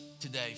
today